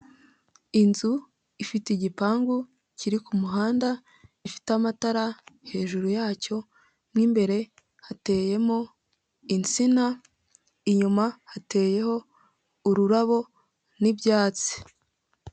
Inzu ifite igipangu kiri ku muhanda gifite amatara hejuru yacyo mu imbere hateyemo insina inyuma hateyeho ururabo n'ibyatsi.